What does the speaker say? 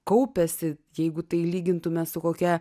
kaupiasi jeigu tai lygintume su kokia